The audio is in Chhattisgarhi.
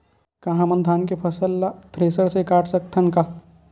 का हमन धान के फसल ला थ्रेसर से काट सकथन का?